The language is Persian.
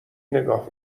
نگاه